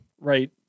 right